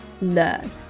learn